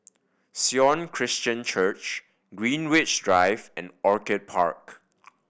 Sion Christian Church Greenwich Drive and Orchid Park